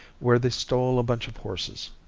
where they stole a bunch of horses.